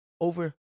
over